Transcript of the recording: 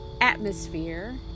atmosphere